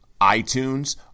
iTunes